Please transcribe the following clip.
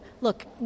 look